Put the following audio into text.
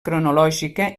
cronològica